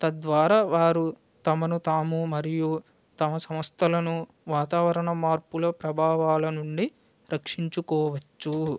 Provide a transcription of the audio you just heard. తద్వారా వారు తమను తాము మరియు తమ సంస్థలను వాతావరణ మార్పుల ప్రభావాల నుండి రక్షించుకోవచ్చు